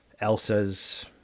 elsa's